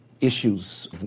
issues